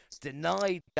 denied